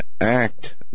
act